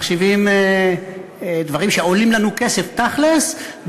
מחשיבים דברים שעולים לנו כסף תכל'ס,